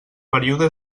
període